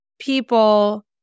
people